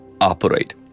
operate